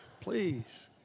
Please